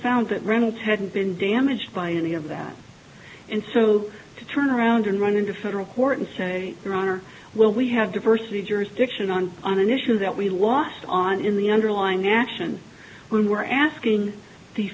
found that reynolds hadn't been damaged by any of that and so to turn around and run into federal court and say your honor will we have diversity jurisdiction on on an issue that we lost on in the underline action when we're asking the